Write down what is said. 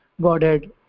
Godhead